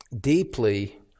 deeply